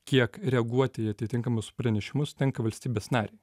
kiek reaguoti į atitinkamus pranešimus tenka valstybės narei